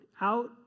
out